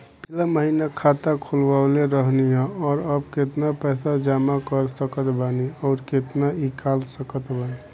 पिछला महीना खाता खोलवैले रहनी ह और अब केतना पैसा जमा कर सकत बानी आउर केतना इ कॉलसकत बानी?